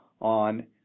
on